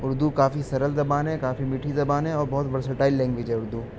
اردو کافی سرل زبان ہے کافی میٹھی زبان ہے اور بہت ورسٹائل لنگویج ہے اردو